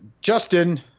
Justin